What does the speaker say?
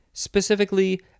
specifically